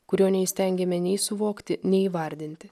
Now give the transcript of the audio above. kurio neįstengiame nei suvokti neįvardinti